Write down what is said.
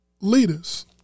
leaders